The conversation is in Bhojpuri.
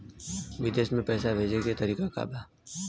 विदेश में पैसा भेजे के तरीका का बा?